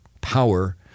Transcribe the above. power